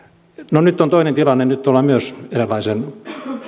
nyt on toinen tilanne nyt ollaan myös eräänlaisen